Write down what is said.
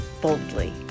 boldly